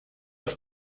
auf